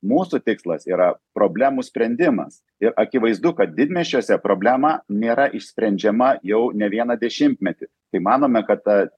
mūsų tikslas yra problemų sprendimas ir akivaizdu kad didmiesčiuose problema nėra išsprendžiama jau ne vieną dešimtmetį tai manome kad ta